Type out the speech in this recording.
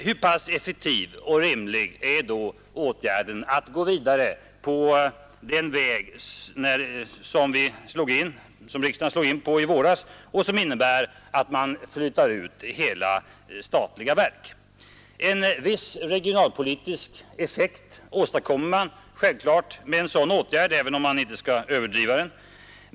Hur pass effektivt och rimligt är det då att gå vidare på den väg som riksdagen slog in på i våras, att flytta ut hela statliga verk? En viss regionalpolitisk effekt åstadkommer man självfallet med en sådan åtgärd.